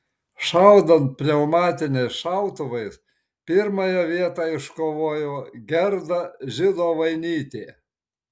šaudant pneumatiniais šautuvais pirmąją vietą iškovojo gerda židovainytė